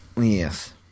yes